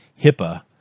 HIPAA